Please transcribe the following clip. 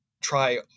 try